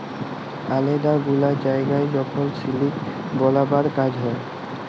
আলেদা গুলা জায়গায় যখল সিলিক বালাবার কাজ হ্যয়